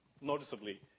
noticeably